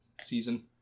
season